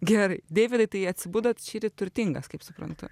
gerai deividai tai atsibudot šįryt turtingas kaip suprantu